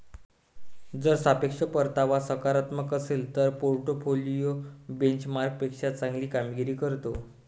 जर सापेक्ष परतावा सकारात्मक असेल तर पोर्टफोलिओ बेंचमार्कपेक्षा चांगली कामगिरी करतो